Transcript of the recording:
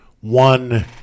one